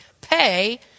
pay